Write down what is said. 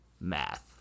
math